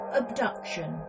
abduction